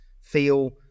feel